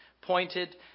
pointed